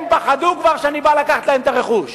הם פחדו שאני כבר בא לקחת להם את הרכוש,